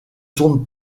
tourne